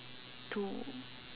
to